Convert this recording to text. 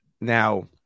Now